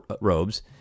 robes